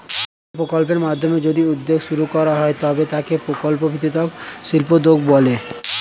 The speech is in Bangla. কোনো প্রকল্পের মাধ্যমে যদি উদ্যোগ শুরু করা হয় তবে তাকে প্রকল্প ভিত্তিক শিল্পোদ্যোগ বলে